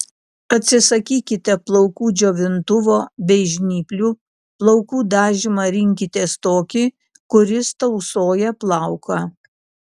atsisakykite plaukų džiovintuvo bei žnyplių plaukų dažymą rinkitės tokį kuris tausoja plauką